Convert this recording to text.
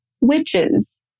witches